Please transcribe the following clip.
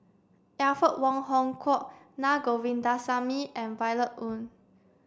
Alfred Wong Hong Kwok Naa Govindasamy and Violet Oon